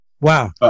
wow